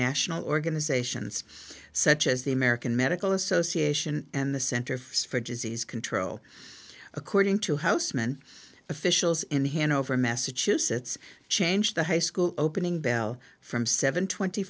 national organizations such as the american medical association and the center for disease control according to housman officials in hanover massachusetts change the high school opening bell from seven twenty